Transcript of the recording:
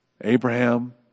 Abraham